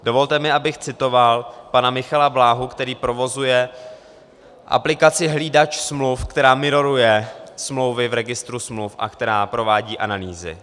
Dovolte mi, abych citoval pana Michala Bláhu, který provozuje aplikaci Hlídač smluv, která miroruje smlouvy v registru smluv a která provádí analýzy.